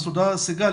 תודה, סיגל.